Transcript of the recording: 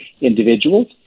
individuals